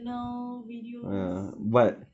you know videos